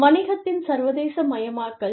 வணிகத்தின் சர்வதேசமயமாக்கல்